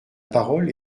parole